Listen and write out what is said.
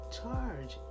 charge